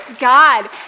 God